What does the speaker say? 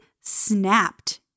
snapped